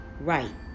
right